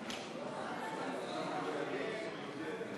חוק לתיקון פקודת היערות (מס' 6),